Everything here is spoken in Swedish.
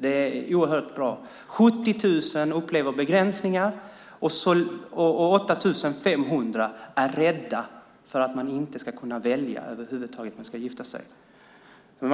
Det är oerhört bra. 70 000 upplever begränsningar, och 8 500 är rädda för att man inte ska kunna välja över huvud taget vem man ska gifta sig med.